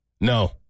No